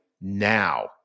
now